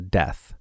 death